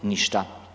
Ništa.